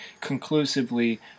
conclusively